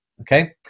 okay